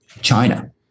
China